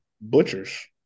butchers